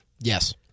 yes